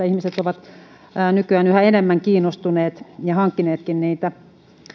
ihmiset ovat nykyään yhä enemmän kiinnostuneet ja hankkineetkin sähköpyöriä